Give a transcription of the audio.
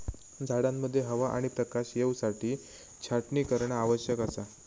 झाडांमध्ये हवा आणि प्रकाश येवसाठी छाटणी करणा आवश्यक असा